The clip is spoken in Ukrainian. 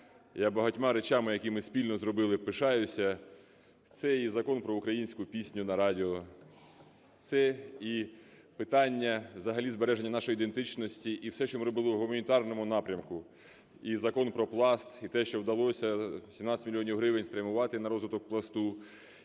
я багатьма речами, які ми спільно зробили, пишаюся. Це і Закон про українську пісню на радіо, це і питання взагалі збереження нашої ідентичності, і все, що ми робили в гуманітарному напрямку, і Закон про Пласт, і те, що вдалося 17 мільйонів гривень спрямувати на розвиток Пласту,